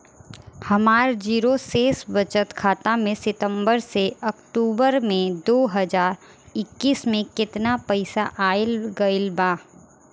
हमार जीरो शेष बचत खाता में सितंबर से अक्तूबर में दो हज़ार इक्कीस में केतना पइसा आइल गइल बा?